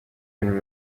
been